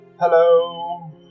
Hello